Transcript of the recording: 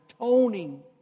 atoning